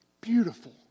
Beautiful